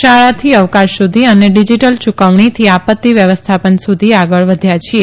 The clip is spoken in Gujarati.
શાળાથી અવકાશ સુધી અને ડીજીટલ યૂકવણીથી આપત્તિ વ્યવસ્થાપન સુધી આગળ વધ્યા છીએ